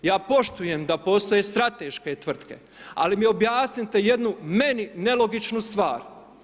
Ja poštujem da postoje strateške tvrtke ali mi objasnite jednu meni nelogičnu stvar.